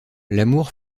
l’amour